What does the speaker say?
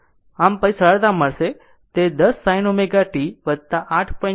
આમ પછી સરળતા મળશે તે 10 sin ω t 8